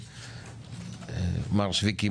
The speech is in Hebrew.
מר שויקי,